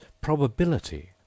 probability